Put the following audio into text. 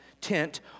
tent